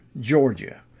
Georgia